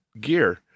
gear